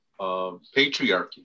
patriarchy